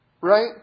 right